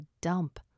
dump